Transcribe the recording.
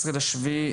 11 ביולי,